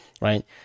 right